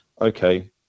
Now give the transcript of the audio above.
okay